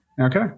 Okay